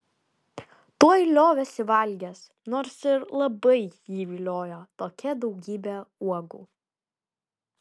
tuoj liovėsi valgęs nors ir labai jį viliojo tokia daugybė uogų